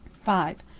five.